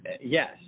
yes